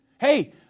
Hey